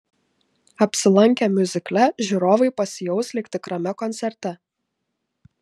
apsilankę miuzikle žiūrovai pasijaus lyg tikrame koncerte